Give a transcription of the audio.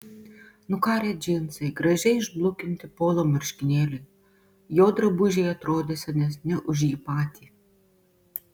nukarę džinsai gražiai išblukinti polo marškinėliai jo drabužiai atrodė senesni už jį patį